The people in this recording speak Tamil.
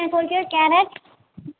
எனக்கு ஒரு கிலோ கேரட்